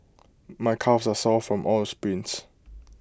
my calves are sore from all the sprints